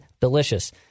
delicious